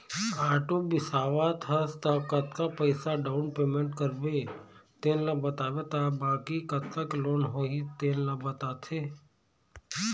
auto बिसावत हस त कतका पइसा डाउन पेमेंट करबे तेन ल बताबे त बाकी कतका के लोन होही तेन ल बताथे